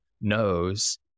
knows